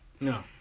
No